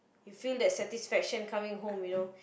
you feel that satisfaction coming home you know